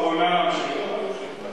בהפסקה.